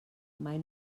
mai